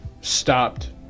stopped